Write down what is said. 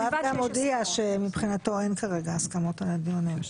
יואב גם הודיע שמבחינתו אין כרגע הסכמות על דיוני המשך.